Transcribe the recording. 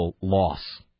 loss